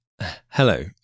Hello